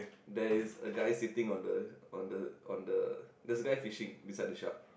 there is a guy sitting on the on the on the there's a guy fishing beside the shark